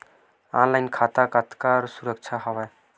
Online खाता कतका सुरक्षित हवय?